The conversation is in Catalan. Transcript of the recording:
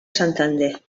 santander